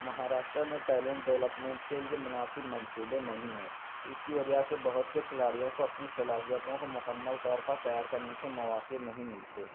مہاراشٹرمیں talent development کے لیے مناسب منصوبے نہیں ہیں اسی وجہ سے بہت سے کھلاڑیوں کو اپنی صلاحیتوں کو مکمل طور پر تیار کرنے کے مواقع نہیں ملتے